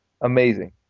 amazing